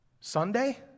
Sunday